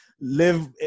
live